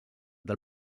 del